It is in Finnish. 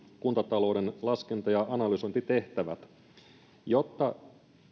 kuntatalouden laskenta ja analysointitehtävät ja jotta